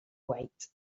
wait